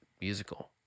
musical